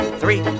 three